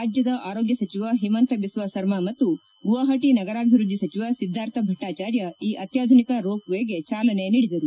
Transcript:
ರಾಜ್ಲದ ಆರೋಗ್ಲ ಸಚಿವ ಹಿಮಂತ ಬಿಸ್ತ ಸರ್ಮಾ ಮತ್ತು ಗುವಾಪಟ ನಗರಾಭಿವೃದ್ದಿ ಸಚಿವ ಸಿದ್ಗಾರ್ಥ ಭಟ್ಪಾಚಾರ್ಯ ಈ ಅತ್ನಾಧುನಿಕ ರೋಪ್ವೇಗೆ ಚಾಲನೆ ನೀಡಿದರು